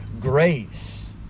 grace